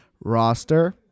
roster